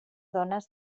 dones